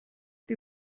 die